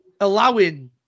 allowing